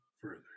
further